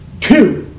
Two